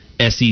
SEC